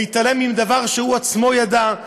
להתעלם מדבר שהוא עצמו ידע,